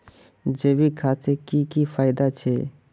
जैविक खाद से की की फायदा छे?